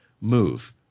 move